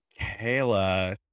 Kayla